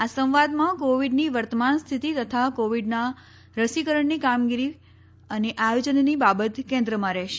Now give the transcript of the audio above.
આ સંવાદમાં કોવીડની વર્તમાન સ્થિતિ તથા કોવીડના રસીકરણની કામગીરી અને આયોજનની બાબત કેન્દ્રમાં રહેશે